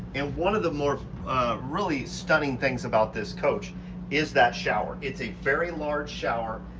and one of the more really stunning things about this coach is that shower. it's a very large shower.